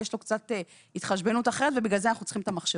יש לו קצת התחשבנות אחרת ולכן אנחנו צריכים את המחשבון.